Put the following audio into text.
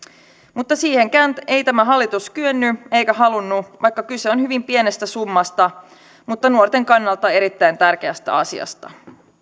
mutta siihenkään ei tämä hallitus kyennyt eikä halunnut vaikka kyse on hyvin pienestä summasta mutta nuorten kannalta erittäin tärkeästä asiasta